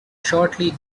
shortly